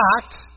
fact